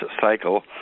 cycle